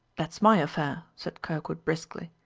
that's my affair, said kirkwood briskly.